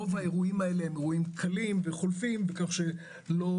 רוב האירועים האלה קלים וחולפים כך שלא